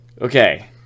Okay